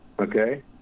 Okay